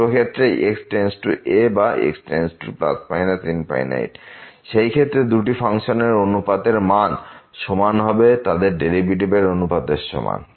দুটো ক্ষেত্রেই x→a বা x→±∞ সেই ক্ষেত্রে দুটি ফাংশানের অনুপাত এর মান সমান হবে তাদের ডেরিভেটিভ এর অনুপাত এর সমান